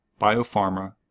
BioPharma